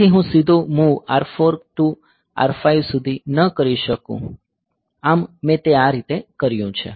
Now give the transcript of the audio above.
તેથી હું સીધો MOV R4 to R5 સુધી ન કરી શકું આમ મેં તે આ રીતે કર્યું છે